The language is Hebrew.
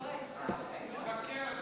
כבוד היושב-ראש,